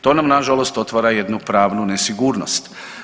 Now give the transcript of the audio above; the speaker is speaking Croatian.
To nam na žalost otvara jednu pravnu nesigurnost.